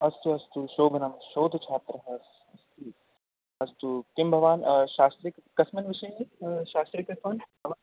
अस्तु अस्तु शोभनं शोधच्छात्रः अस्तु किं भवान् शास्त्री कस्मिन् विषये शास्त्री कृतवान् भवान्